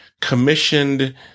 commissioned